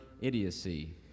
idiocy